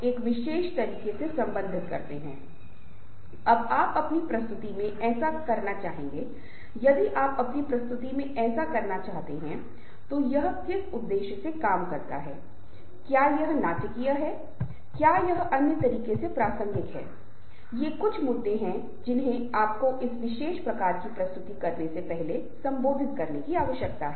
अब एक बार समूह का निर्माण हो जाता है तो एक सामान्य पहचान होती है जिसका अर्थ यह होगा कि व्यक्ति यह नहीं कहेंगे कि उनकी कोई व्यक्तिगत पहचान है बल्कि यह एक समूह की पहचान बन जाती है जैसे कि उस समूह का नाम समूह b समूह c हो सकता है